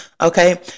Okay